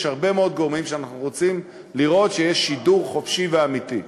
יש הרבה מאוד גורמים שאנחנו רוצים לראות שיש בהם שידור חופשי ואמיתי.